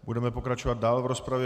Budeme pokračovat dál v rozpravě.